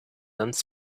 ans